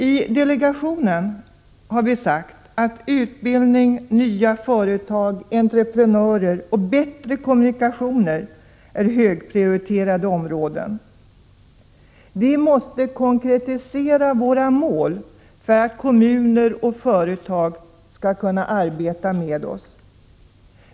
I delegationen har vi sagt att utbildning, nya företag, entreprenörer och bättre kommunikationer är högprioriterade områden. Vi måste konkretisera våra mål för att kommuner och företag skall kunna arbeta med oss.